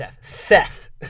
Seth